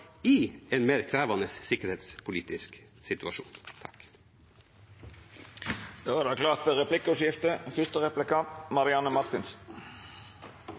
i en mer krevende sikkerhetspolitisk situasjon.